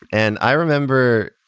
and i remember,